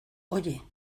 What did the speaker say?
oye